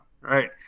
right